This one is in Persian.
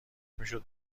میشد